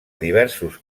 diversos